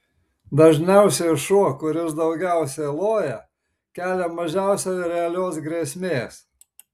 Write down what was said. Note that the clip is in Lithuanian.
dažniausiai šuo kuris daugiausiai loja kelia mažiausiai realios grėsmės